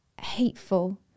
hateful